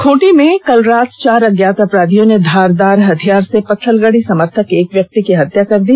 खूंटी में बीती रात चार अज्ञात अपराधियों ने धारदार हथियार से पत्थलगडी समर्थक एक व्यक्ति की हत्या कर दी